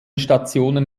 stationen